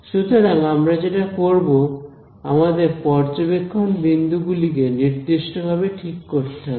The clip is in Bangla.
সুতরাং আমরা যেটা করবো আমাদের পর্যবেক্ষণ বিন্দুগুলি কে নির্দিষ্ট ভাবে ঠিক করতে হবে